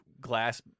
glass